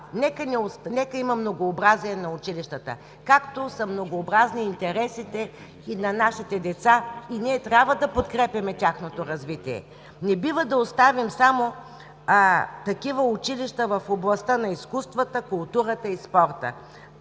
Нека има многообразие на училищата. Както са многообразни интересите на нашите деца, и ние трябва да подкрепяме тяхното развитие. Не бива да оставим само такива училища в областта на изкуствата, културата и спорта.